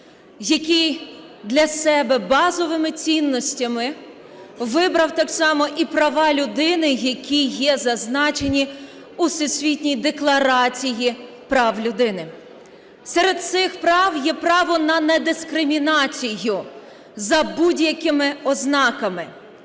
який для себе базовими цінностями вибрав так само і права людини, які є зазначені у Всесвітній декларації прав людини. Серед цих прав є право на недискримінацію за будь-якими ознаками.